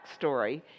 backstory